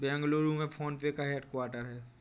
बेंगलुरु में PhonePe का headquarter हैं